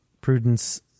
Prudence